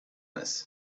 this